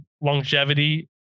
longevity